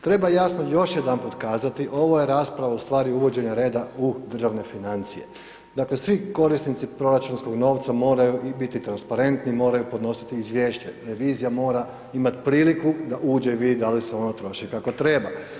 Treba jasno još jedanput kazati, ovo je rasprava ustvari uvođenja reda u državne financije, dakle, svi korisnici proračunskog novca moraju biti transparentni, moraju podnositi izvješće, revizija mora imati priliku da uđe i vidi da li se ono troši kako treba.